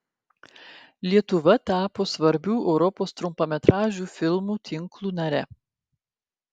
lietuva tapo svarbių europos trumpametražių filmų tinklų nare